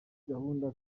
gahunda